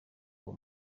uwo